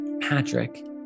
Patrick